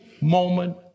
moment